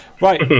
Right